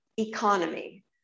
economy